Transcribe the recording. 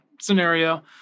scenario